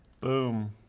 Boom